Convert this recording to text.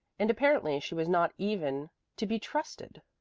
and apparently she was not even to be trusted.